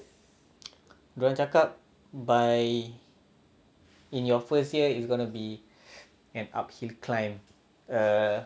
dia orang cakap by in your first year it's gonna be an uphill climb err